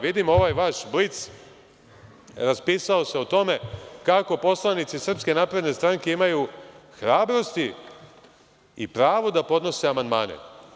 Vidim ovaj vaš „Blic“ raspisao se o tome, kako poslanici SNS imaju hrabrosti i pravo da podnose amandmane.